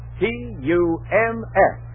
tums